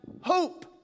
hope